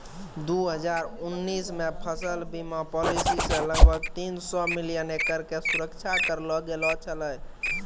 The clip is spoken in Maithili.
दू हजार उन्नीस मे फसल बीमा पॉलिसी से लगभग तीन सौ मिलियन एकड़ के सुरक्षा करलो गेलौ छलै